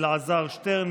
אלעזר שטרן,